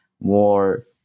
more